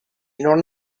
non